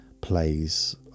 plays